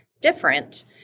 different